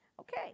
okay